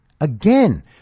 Again